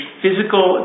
physical